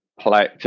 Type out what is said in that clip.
play